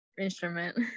instrument